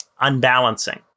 unbalancing